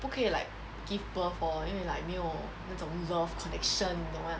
不可以 like give birth orh 因为 like 没有那种 connection 你懂吗